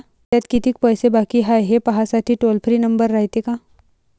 खात्यात कितीक पैसे बाकी हाय, हे पाहासाठी टोल फ्री नंबर रायते का?